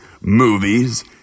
movies